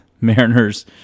Mariners